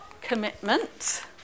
commitment